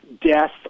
death